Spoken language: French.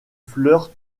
fleurs